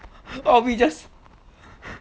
or we just